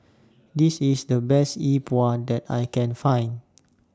This IS The Best Yi Bua that I Can Find